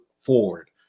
forward